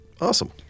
Awesome